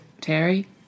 Terry